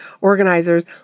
organizers